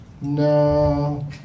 No